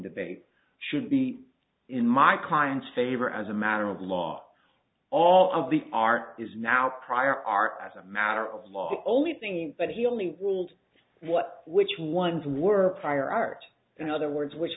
debate should be in my client's favor as a matter of law all of the art is now prior art as a matter of law the only thing but he only world what which ones were prior art in other words which